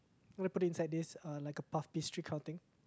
we put it inside this uh like a puff pastry kind of thing